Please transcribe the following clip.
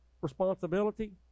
responsibility